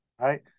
right